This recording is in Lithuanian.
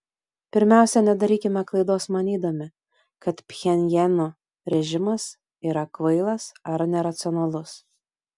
pirmiausia nedarykime klaidos manydami kad pchenjano režimas yra kvailas ar neracionalus